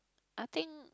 I think